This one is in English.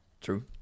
True